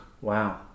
Wow